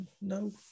No